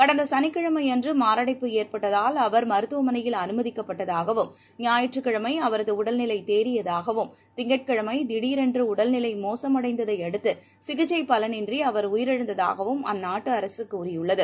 கடந்த சனிக்கிழமையன்று மாரடைப்பு ஏற்பட்டதால் அவர் மருத்துவமனையில் அனுமதிக்கப்பட்டதாகவும் ஞாயிற்றுக் கிழமை அவரது உடல்நிலை தேரியதாகவும் திங்கட்கிழமை திடீரென்று உடல்நிலை மோசமடந்ததையடுத்து சிகிச்சை பலனின்றி அவர் உயிரிழந்ததாகவும் அந்நாட்டு அரசு கூறியுள்ளது